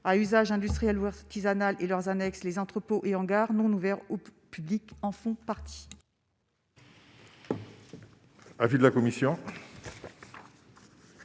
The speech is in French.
à usage industriel ou artisanal et leurs annexes, les entrepôts et en gare non ouverts au public en fond.